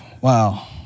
Wow